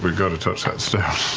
but got to touch that stone.